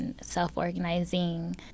Self-organizing